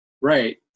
Right